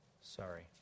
Sorry